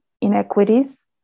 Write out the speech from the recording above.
inequities